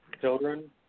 children